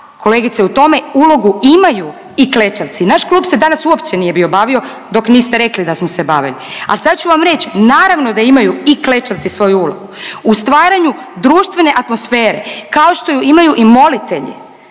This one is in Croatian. kolegice u tome ulogu imaju i klečavci. Naš klub se danas uopće nije bio bavio dok niste rekli da smo se bavili, al sad ću vam reć, naravno da imaju i klečavci svoju ulogu u stvaranju društvene atmosfere, kao što ju imaju i molitelji